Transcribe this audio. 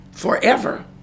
forever